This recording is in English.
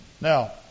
now